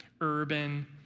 urban